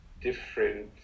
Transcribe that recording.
different